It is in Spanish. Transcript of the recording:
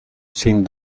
sin